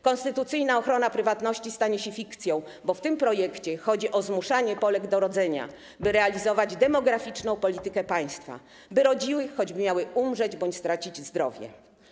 Konstytucyjna ochrona prywatności stanie się fikcją, bo w tym projekcie chodzi o zmuszanie Polek do rodzenia, by realizować demograficzną politykę państwa, by rodziły, choćby miały umrzeć bądź stracić zdrowie.